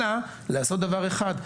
אלא לעשות דבר אחד,